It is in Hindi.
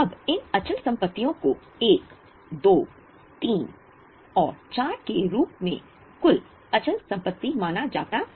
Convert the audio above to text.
अब इन अचल संपत्तियों को i ii ii iv के रूप में कुल अचल संपत्ति माना जाता है